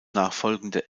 nachfolgende